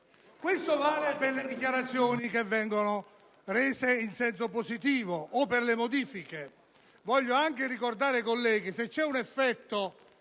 Questo vale per le dichiarazioni che vengono rese in senso positivo o per le modifiche. Voglio anche ricordare ai colleghi che se c'è un effetto